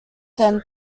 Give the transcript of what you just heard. then